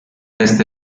test